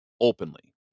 openly